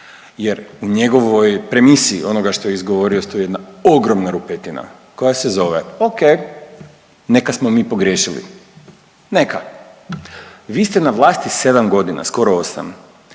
jer u njegovoj premisi onoga što je izgovorio stoji jedna ogromna rupetina koja se zove, ok neka smo mi pogriješili, neka. Vi ste na vlasti 7 godina skoro 8,